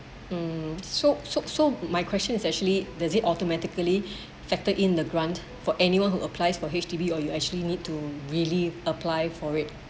mm so so so my question is actually does it automatically factor in the grant for anyone who applies for H_D_B or you actually need to really apply for it